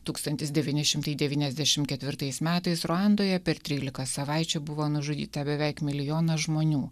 tūkstantis devyni šimtai devyniasdešim ketvirtais metais ruandoje per trylika savaičių buvo nužudyta beveik milijonas žmonių